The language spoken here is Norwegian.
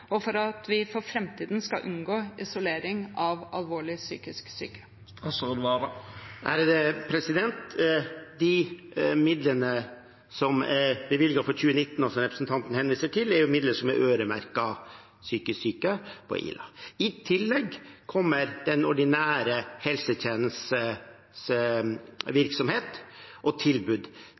og for at vi for framtiden skal unngå isolering av alvorlig psykisk syke? De midlene som er bevilget for 2019, og som representanten henviser til, er midler som er øremerket psykisk syke på Ila. I tillegg kommer den ordinære helsetjenestens virksomhet og tilbud